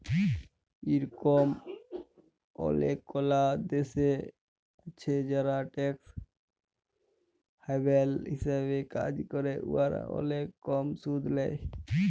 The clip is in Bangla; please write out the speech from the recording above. ইরকম অলেকলা দ্যাশ আছে যারা ট্যাক্স হ্যাভেল হিসাবে কাজ ক্যরে উয়ারা অলেক কম সুদ লেই